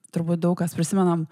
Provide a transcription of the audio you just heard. turbūt daug kas prisimenam